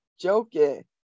joking